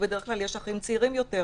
כי בדרך כלל יש אחים צעירים יותר,